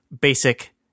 basic